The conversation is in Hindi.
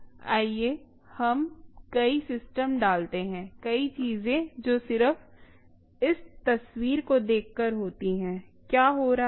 आइए हम कई सिस्टम डालते हैं कई चीजें जो सिर्फ इस तस्वीर को देखकर होती हैं क्या हो रहा है